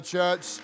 church